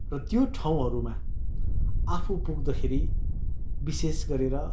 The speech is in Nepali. र त्यो ठाउँहरूमा आफू पुग्दाखेरि विशेष गरेर